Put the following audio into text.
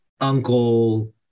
uncle